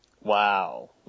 Wow